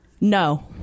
No